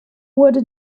wurde